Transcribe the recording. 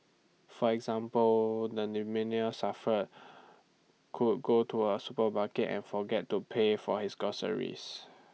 for example the suffer could go to A supermarket and forget to pay for his groceries